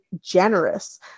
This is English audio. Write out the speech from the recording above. generous